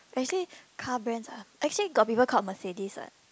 actually car brands ah actually got people called Mercedes what